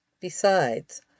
Besides